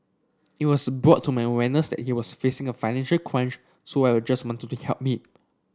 it was brought to my awareness that he was facing a financial crunch so I were just wanted to help me